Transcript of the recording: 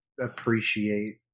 appreciate